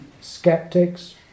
skeptics